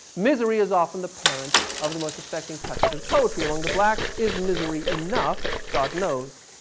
misery is often the parent of the most affecting touches in poetry. among the blacks is misery enough? god knows,